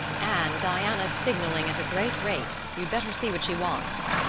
anne, diana's signaling at a great rate. you'd better see what she wants.